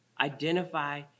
Identify